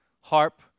harp